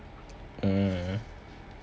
mm mm